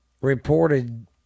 reported